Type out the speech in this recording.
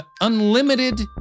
unlimited